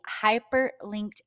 hyperlinked